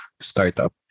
startup